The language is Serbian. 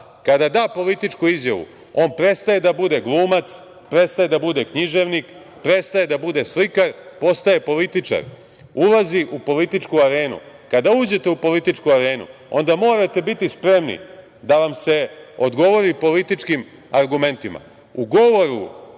kada da političku izjavu, on prestaje da bude glumac, prestaje da bude književnik, prestaje da bude slikar, postaje političar. Ulazi u političku arenu. Kada uđete u političku arenu, onda morate biti spremni da vam se odgovori političkim argumentima.U govoru